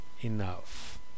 Enough